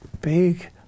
big